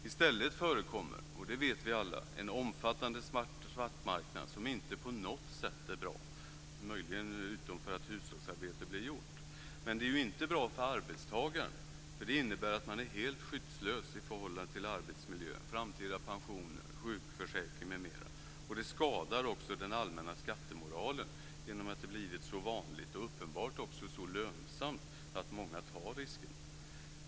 I stället förekommer, det vet vi alla, en omfattande svartmarknad som inte på något sätt är bra - utom möjligen för att hushållsarbete blir gjort. Men det är inte bra för arbetstagaren, som är helt skyddslös i förhållande till arbetsmiljö, framtida pensioner, sjukförsäkring m.m. Det skadar också den allmänna skattemoralen genom att det blivit så vanligt, och uppenbart också så lönsamt, att många tar risken.